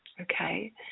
okay